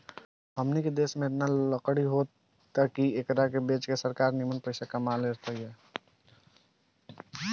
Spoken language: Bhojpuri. हमनी के देश में एतना लकड़ी होता की एकरा के बेच के सरकार निमन पइसा कमा तिया